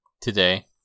Today